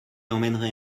emmènerai